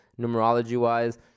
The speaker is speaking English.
numerology-wise